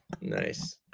nice